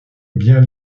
bien